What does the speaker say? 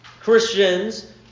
Christians